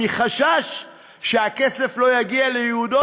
מחשש שהכסף לא יגיע לייעודו,